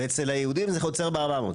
ואצל היהודים זה עוצר ב-400.